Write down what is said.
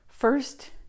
First